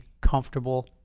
comfortable